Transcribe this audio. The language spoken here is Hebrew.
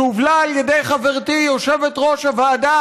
שהובלה על ידי חברתי יושבת-ראש הוועדה